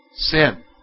Sin